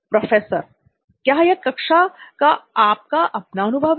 professor क्या यह कक्षा का आपका अपना अनुभव है